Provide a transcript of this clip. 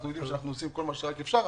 אנחנו יודעים שאנחנו עושים כל מה שרק אפשר,